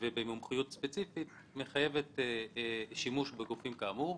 והמומחיות הספציפית מחייבת שימוש בגופים כאמור.